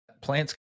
Plants